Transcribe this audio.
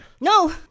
No